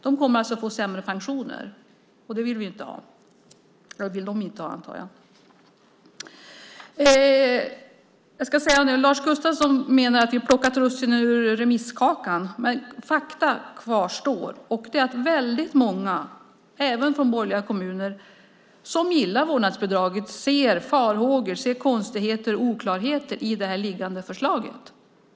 De kommer alltså att få sämre pensioner, och de vill de inte ha, antar jag. Lars Gustafsson menar att vi har plockat russinen ur remisskakan, men faktum kvarstår, och det är att väldigt många, även från borgerliga kommuner som gillar vårdnadsbidraget, har farhågor och ser konstigheter och oklarheter i det förslag som föreligger.